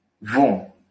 vont